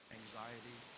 anxiety